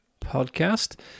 Podcast